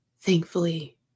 Thankfully